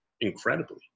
incredibly